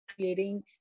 creating